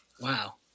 Wow